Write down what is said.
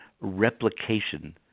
replication